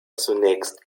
zunächst